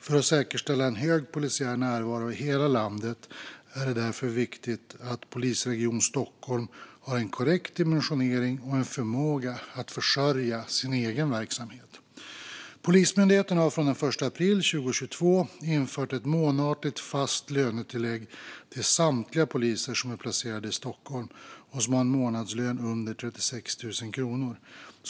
För att säkerställa hög polisiär närvaro i hela landet är det därför viktigt att polisregion Stockholm har en korrekt dimensionering och en förmåga att försörja sin egen verksamhet. Polismyndigheten har från den 1 april 2022 infört ett månatligt fast lönetillägg till samtliga poliser som är placerade i Stockholm och har en månadslön under 36 000 kronor.